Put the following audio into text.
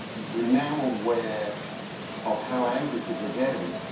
we're now aware of how angry people are getting.